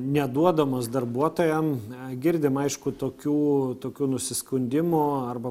neduodamos darbuotojam girdim aišku tokių tokių nusiskundimų arba